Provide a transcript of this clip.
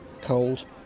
cold